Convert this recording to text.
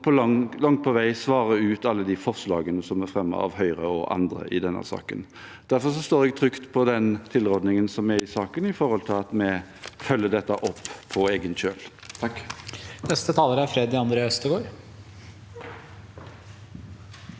som langt på vei svarer ut alle de forslagene som er fremmet av Høyre og andre i denne saken. Derfor står jeg trygt på den tilrådningen som er i saken, ettersom vi følger dette opp på egen kjøl. Freddy André Øvstegård